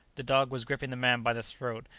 the dog was griping the man by the throat,